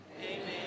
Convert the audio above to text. Amen